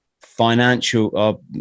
Financial